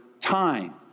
time